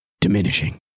diminishing